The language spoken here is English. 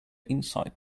insight